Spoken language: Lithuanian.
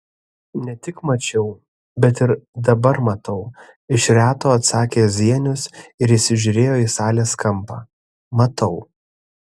ne tik mačiau bet ir dabar matau iš reto atsakė zienius ir įsižiūrėjo į salės kampą matau